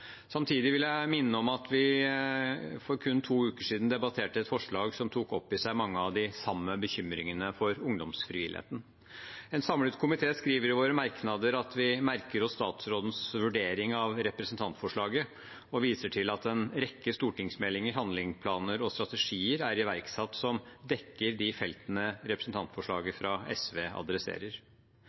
Samtidig vil jeg minne om at vi for kun to uker siden debatterte et forslag som tok opp i seg mange av de samme bekymringene for ungdomsfrivilligheten. En samlet komité skriver i våre merknader at vi merker oss «statsrådens vurdering av representantforslaget, og viser til at en rekke stortingsmeldinger, handlingsplaner og strategier er iverksatt som dekker de feltene representantforslaget fra Sosialistisk Venstreparti adresserer».